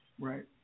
Right